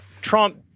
Trump